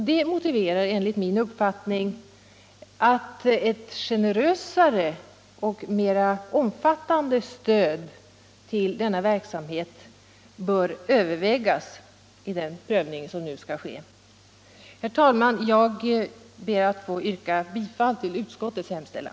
Detta motiverar enligt min uppfattning att ett generösare och mera omfattande stöd till denna verksamhet bör övervägas vid det avgörande som nu skall ske. Herr talman! Jag ber att få yrka bifall till utskottets hemställan.